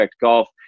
golf